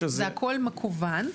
זה הכל מקוון,